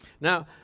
Now